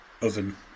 oven